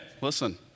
Listen